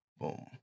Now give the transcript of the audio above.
boom